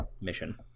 mission